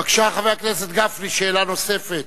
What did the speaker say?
בבקשה, חבר הכנסת גפני, שאלה נוספת.